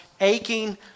aching